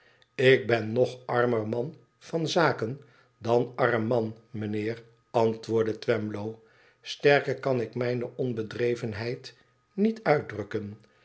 ik ben nog armer man van zaken dan arm man mijnheer antwoordde twemlow t sterker kan ik mijne onbedrevenheid niet uitdrukken